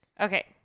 Okay